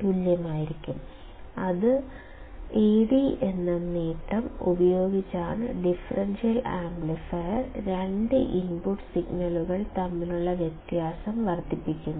തുല്യമാണെങ്കിൽ Ad എന്ന നേട്ടം ഉപയോഗിച്ചാണു ഡിഫറൻഷ്യൽ ആംപ്ലിഫയർ രണ്ട് ഇൻപുട്ട് സിഗ്നലുകൾ തമ്മിലുള്ള വ്യത്യാസം വർദ്ധിപ്പിക്കുന്നത്